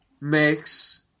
makes